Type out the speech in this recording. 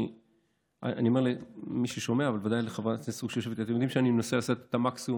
אני אומר למי ששומע ובוודאי לחברת הכנסת סטרוק,